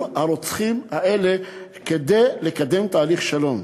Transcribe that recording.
הרוצחים האלה כדי לקדם תהליך שלום.